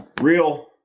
real